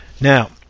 Now